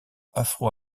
afro